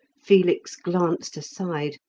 felix glanced aside,